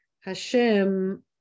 Hashem